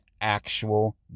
actual